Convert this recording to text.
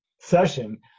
session